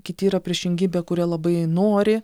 kiti yra priešingybė kurie labai nori